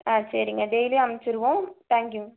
ஆ சரிங்க டெய்லியும் அனுபிச்சிருவோம் தேங்க் யூங்க